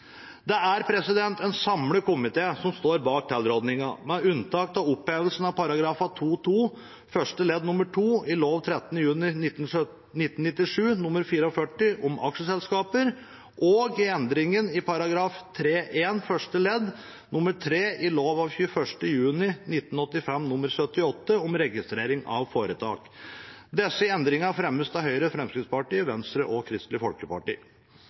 Det er en samlet komité som står bak tilrådingen, med unntak av opphevelsen av § 2-2 første ledd nr. 2 i lov 13. juni 1997 nr. 44 om aksjeselskaper og endringen i § 3-1 første ledd nr. 3 i lov 21. juni 1985 nr. 78 om registrering av foretak. Disse endringene fremmes av Høyre, Fremskrittspartiet, Venstre og Kristelig Folkeparti.